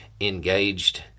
engaged